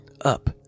Up